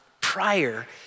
prior